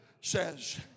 says